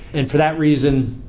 and for that reason,